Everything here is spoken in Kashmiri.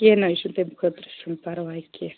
کیٚنٛہہ نَہ حظ چھُنہٕ تَمہِ خٲطرٕ چھُنہٕ پرواے کیٚنٛہہ